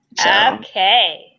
Okay